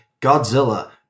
Godzilla